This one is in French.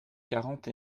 quarante